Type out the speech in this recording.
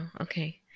okay